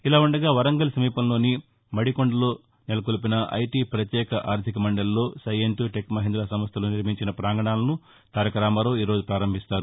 ఇలావుండగా వరంగల్ సమీపంలోని మడికొండలో నెలకొల్పిన ఐటీ పత్యేక ఆర్లిక మండలిలో సైయెంట్ టెక్ మహీందా సంస్థలు నిర్మించిన ప్రాంగణాలను తారక రామారావు ఈ రోజు ప్రారంభిస్తారు